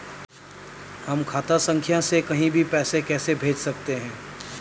हम खाता संख्या से कहीं भी पैसे कैसे भेज सकते हैं?